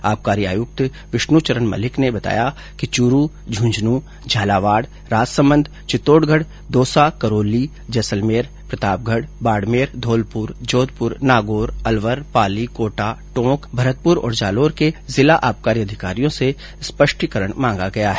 आबकारी आयुक्त विष्णुचरण मलिक ने बताया कि चूरू झुन्झुन् झालावाड़ राजसमंद चितौड़गढ़ दौसा करौली जैसलमेर प्रतापगढ बाड़मेर धौलपुर जोधपुर नागौर अलवर पाली कोटा टोंक भरतपुर और जालोर के जिला आबकारी अधिकारियों से स्पष्टीकरण मांगा गया है